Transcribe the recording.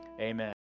amen